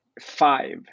five